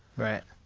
right.